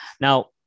Now